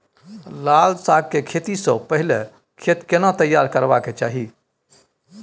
लाल साग के खेती स पहिले खेत केना तैयार करबा के चाही?